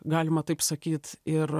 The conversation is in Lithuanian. galima taip sakyt ir